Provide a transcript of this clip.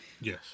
Yes